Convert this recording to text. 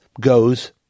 goes